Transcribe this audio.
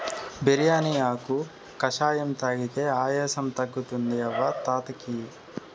బిర్యానీ ఆకు కషాయం తాగితే ఆయాసం తగ్గుతుంది అవ్వ తాత కియి